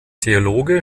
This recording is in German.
theologe